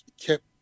kept